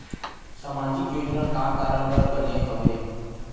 सामाजिक योजना का कारण बर बने हवे?